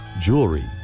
jewelry